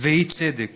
ואי-צדק